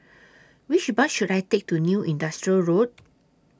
Which Bus should I Take to New Industrial Road